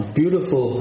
beautiful